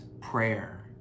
prayer